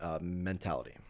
mentality